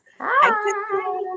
Hi